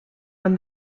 when